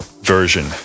version